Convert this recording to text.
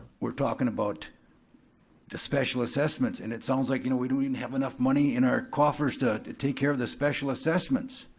we're talking about the special assessments, and it sounds like, you know, we don't even have enough money in our coffers to take care of the special assessments.